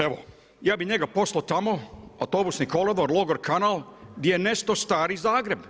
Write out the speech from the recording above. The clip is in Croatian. Evo, ja bih njega poslao tamo Autobusni kolodvor logor Kanal gdje je nestao stari Zagreb.